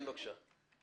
כן, בבקשה.